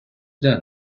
done